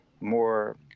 more